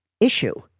issue